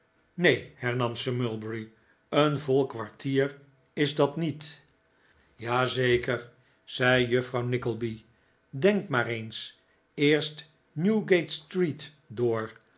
neen hernam sir mulberry een vol kwartier is dat niet m taangename visioenen van juffrouw nickleby ja zeker zei juffrouw nickleby denk maar eens eerst newgate-street door